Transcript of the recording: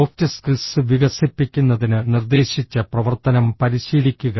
soft skills വികസിപ്പിക്കുന്നതിന് നിർദ്ദേശിച്ച പ്രവർത്തനം പരിശീലിക്കുക